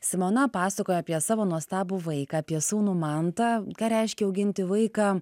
simona pasakoja apie savo nuostabų vaiką apie sūnų mantą ką reiškia auginti vaiką